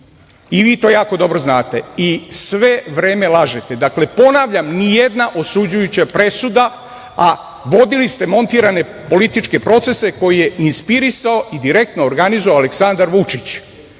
i vi to jako dobro znate i sve vreme lažete. Dakle, ponavljam nijedna osuđujuća presuda, a vodili ste montirane političke procese koje je inspirisao i direktno organizovao Aleksandar Vučić